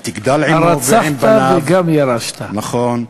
ותגדל עמו ועם בניו, ואתם יודעים מה?